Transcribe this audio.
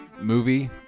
movie